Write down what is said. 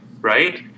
right